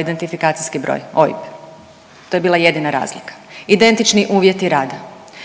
identifikacijski broj, OIB, to je bila jedina razlika, identični uvjeti rada.